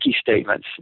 statements